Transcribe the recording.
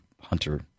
Hunter